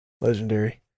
Legendary